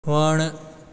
वणु